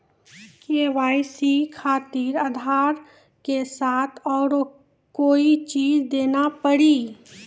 KYC खातिर आधार के साथ औरों कोई चीज देना पड़ी?